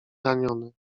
raniony